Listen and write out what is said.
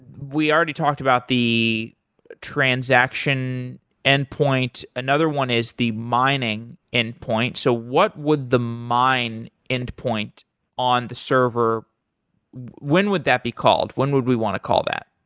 we already talked about the transaction endpoint. another one is the mining endpoint. so what would the mine endpoint on the server when would that be called? when would we want to call that?